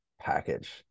package